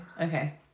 Okay